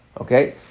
Okay